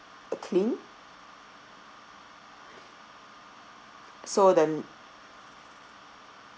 clean so the